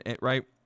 Right